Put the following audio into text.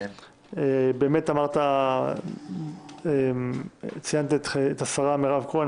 באמת, ציינת את השרה מירב כהן.